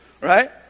Right